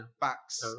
backs